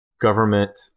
Government